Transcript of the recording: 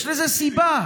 יש לזה סיבה: